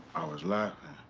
i was laughing.